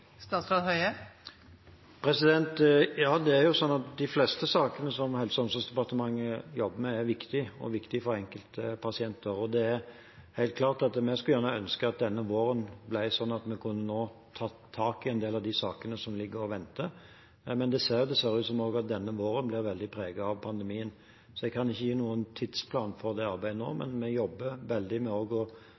Det er jo sånn at de fleste sakene Helse- og omsorgsdepartementet jobber med, er viktige – og viktige for enkeltpasienter. Det er helt klart at vi skulle ønsket at denne våren ble sånn at vi nå kunne tatt tak i en del av sakene som ligger og venter, men det ser dessverre ut til at også denne våren blir veldig preget av pandemien, så jeg kan ikke gi noen tidsplan for det arbeidet nå. Vi jobber med